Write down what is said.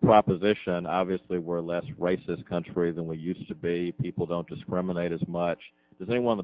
proposition obviously we're less racist country than we used to be people don't discriminate as much as they w